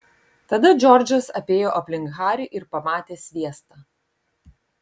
tada džordžas apėjo aplink harį ir pamatė sviestą